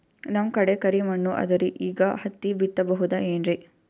ನಮ್ ಕಡೆ ಕರಿ ಮಣ್ಣು ಅದರಿ, ಈಗ ಹತ್ತಿ ಬಿತ್ತಬಹುದು ಏನ್ರೀ?